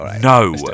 no